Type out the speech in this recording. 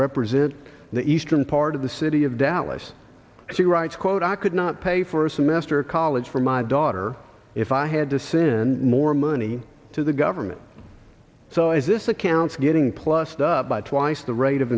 represent the eastern part of the city of dallas she writes quote i could not pay for a semester of college for my daughter if i had to send more money to the government so is this accounts getting plussed up by twice the rate of